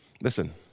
Listen